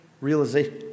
realization